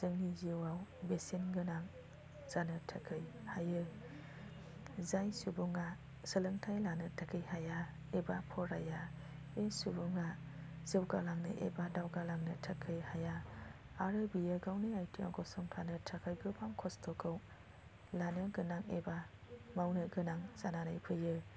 जोंनि जिउआव बेसेन गोनां जानो थाखाय हायो जाय सुबुङा सोलोंथाय लानो थाखाय हाया एबा फराया बे सुबुङा जौगालांनो एबा दावगालांनो थाखाय हाया आरो बियो गावनि आथिङाव गसंथानो थाखाय गोबां खस्त'खौ लानो गोनां एबा मावनो गोनां जानानै फैयो